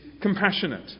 compassionate